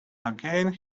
again